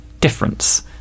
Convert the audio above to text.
difference